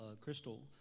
Crystal